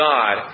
God